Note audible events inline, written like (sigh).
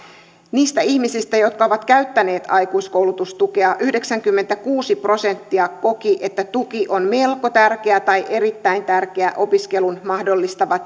niistä ihmisistä jotka ovat käyttäneet aikuiskoulutustukea yhdeksänkymmentäkuusi prosenttia koki että tuki on melko tärkeä tai erittäin tärkeä opiskelun mahdollistava (unintelligible)